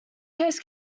case